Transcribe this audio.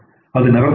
அது நிரந்தரமானது